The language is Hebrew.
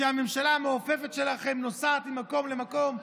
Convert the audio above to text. והממשלה המעופפת שלכם נוסעת ממקום למקום,